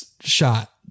shot